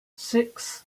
six